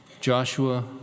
Joshua